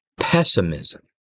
pessimism